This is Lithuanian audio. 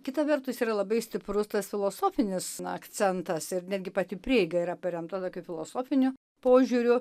kita vertus yra labai stiprus tas filosofinis akcentas ir netgi pati prieiga yra paremta tokiu filosofiniu požiūriu